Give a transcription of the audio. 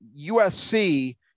USC